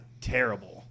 terrible